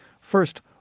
first